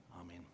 Amen